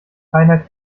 keiner